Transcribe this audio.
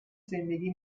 زندگی